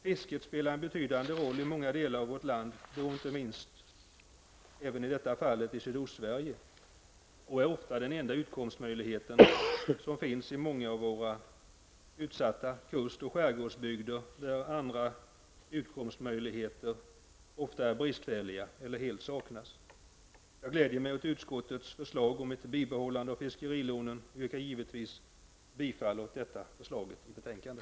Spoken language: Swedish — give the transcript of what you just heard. Fisket spelar en betydande roll i många delar av vårt land, inte minst i Sydostsverige, och det är den enda utkomstmöjligheten i många av våra utsatta kust och skärgårdsbygder, där andra utkomstmöjligheter ofta är bristfälliga eller helt saknas. Jag glädjer mig åt utskottets förslag om ett bibehållande av fiskerilånen och yrkar givetvis bifall till detta förslag i betänkandet.